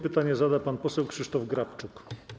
Pytanie zada pan poseł Krzysztof Grabczuk.